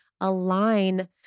align